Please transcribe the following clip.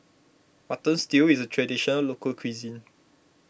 Mutton Stew is a Traditional Local Cuisine